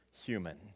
human